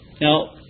now